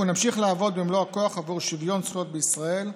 אנחנו נמשיך לעבוד במלוא הכוח לשוויון זכויות בישראל.